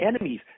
enemies